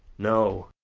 no,